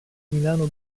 milano